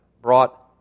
brought